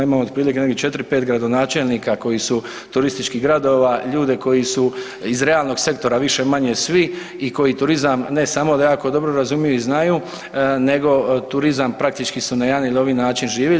Imamo otprilike negdje 4, 5 gradonačelnika koji su turističkih gradova, ljude koji su iz realnog sektora više-manje svi i koji turizam ne samo da jako dobro razumiju i znaju, nego turizam praktički su na jedan ili ovaj način živjeli.